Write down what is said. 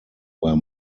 were